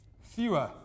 fewer